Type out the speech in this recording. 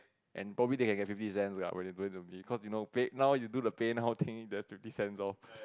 and probably they can get fifty cents lah when they donate to me cause you know pay you know now you do the Paynow thing got the fifty cents off